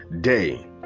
day